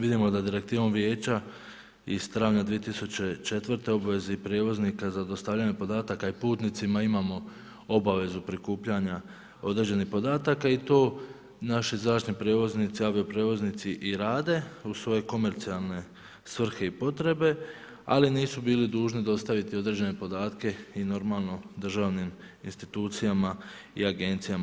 Vidimo da direktivom vijeća i strane 2004. obveze i prijevoznika za dostavljanja podataka i putnicima imamo obavezu prikupljanja određenih podataka i to naši zračni prijevoznici, avio prijevoznici i rade u svoje komercijalne svrhe i potrebe, ali nisu bili dužni dostaviti određene podatke i normalno državnim institucijama i agencijama.